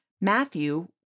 Matthew